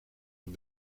het